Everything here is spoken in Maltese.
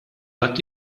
ħadd